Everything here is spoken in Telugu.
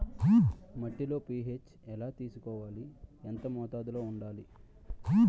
మట్టిలో పీ.హెచ్ ఎలా తెలుసుకోవాలి? ఎంత మోతాదులో వుండాలి?